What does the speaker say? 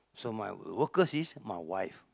so my workers is my wife